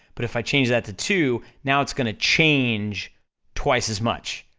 but if i change that to two, now it's gonna change twice as much,